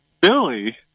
Billy